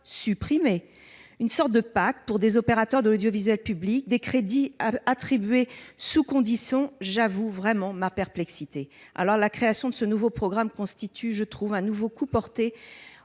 supprimé »! Une sorte de pacte pour des opérateurs de l’audiovisuel public, des crédits attribués sous conditions… Je vous avoue vraiment ma perplexité ! La création de ce nouveau programme constitue un nouveau coup porté